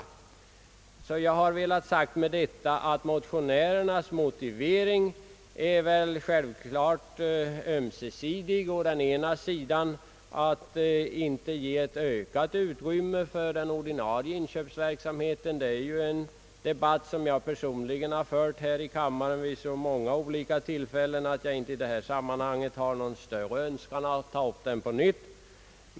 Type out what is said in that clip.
Jag har med detta velat ha sagt, att motionärernas motivering självklart är tvåsidig. Å ena sidan skall man inte ge ökat utrymme för den ordinarie inköpsverksamheten. Det är en debatt som jag personligen har fört här i kammaren vid så många olika tillfällen, att jag i detta sammanhang inte har någon större önskan att ta upp den på nytt.